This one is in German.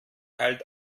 halt